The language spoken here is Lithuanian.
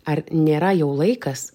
ar nėra jau laikas